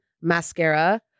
mascara